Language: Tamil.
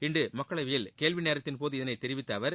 இன்று மக்களவையில் கேள்விநேரத்தின்போது இதனை தெரிவித்த அவர்